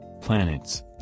planets